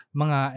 mga